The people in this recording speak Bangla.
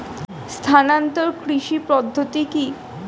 স্থানান্তর কৃষি পদ্ধতি কি?